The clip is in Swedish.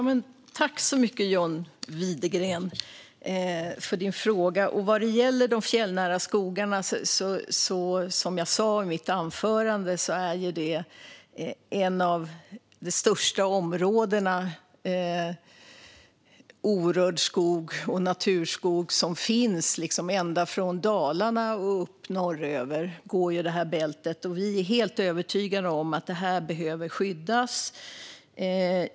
Herr talman! Tack så mycket, John Widegren, för din fråga! Den fjällnära skogen är, som jag sa i mitt anförande, ett av de största områdena med orörd skog och naturskog. Det här bältet går från Dalarna och norröver. Vi är helt övertygade om att detta behöver skyddas.